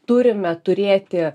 turime turėti